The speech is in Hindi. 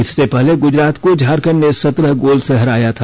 इससे पहले गुजरात को झारखंड ने सत्रह गोल से हराया था